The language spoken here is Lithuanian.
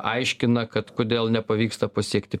aiškina kad kodėl nepavyksta pasiekti